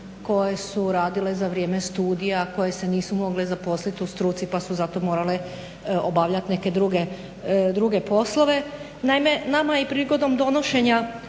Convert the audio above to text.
koje su radile za vrijeme studija, koje se nisu mogle zaposliti u struci pa su zato morale obavljati neke druge poslove. Naime, nama je prigodom donošenja